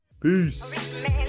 Peace